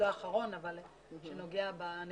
לא שקף אחרון אלא זה שנוגע בנקודות.